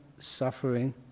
suffering